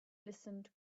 listened